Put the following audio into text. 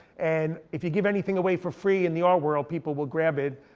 and if you give anything away for free in the art world people will grab it.